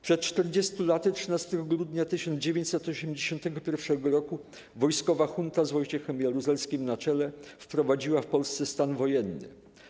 Przed czterdziestu laty, 13 grudnia 1981 roku, wojskowa junta z Wojciechem Jaruzelskim na czele, wprowadziła w Polsce stan wojenny.